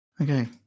Okay